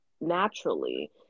naturally